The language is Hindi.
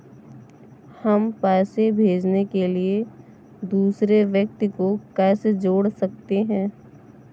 हम पैसे भेजने के लिए दूसरे व्यक्ति को कैसे जोड़ सकते हैं?